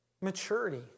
maturity